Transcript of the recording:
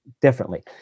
differently